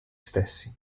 stessi